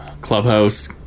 Clubhouse